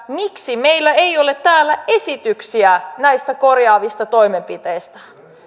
miksi meillä ei ole täällä esityksiä näistä korjaavista toimenpiteistä